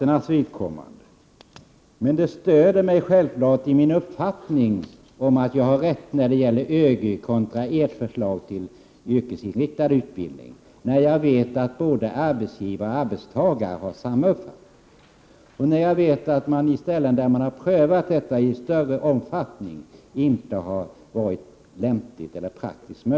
1988/89:120 stöder mig självfallet i min uppfattning om att jag har rätt när det gäller ÖGY kontra ert förslag till yrkesinriktad utbildning, när jag vet att både arbetsgivare och arbetstagare har samma uppfattning och när jag vet att denna utbildning på ställen där man prövat den i större omfattning har visat sig inte vara lämplig eller praktisk.